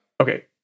Okay